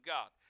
God